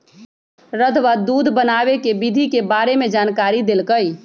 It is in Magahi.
रधवा दूध बनावे के विधि के बारे में जानकारी देलकई